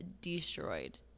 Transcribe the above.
destroyed